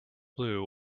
blue